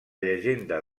llegenda